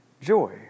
joy